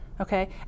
okay